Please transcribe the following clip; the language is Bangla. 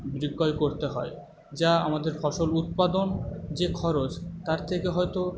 বিক্রয় করতে হয় যা আমাদের ফসল উৎপাদন যে খরচ তার থেকে হয়তো